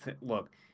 Look